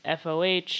foh